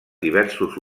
diversos